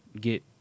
Get